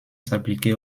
s’appliquer